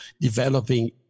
developing